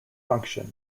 function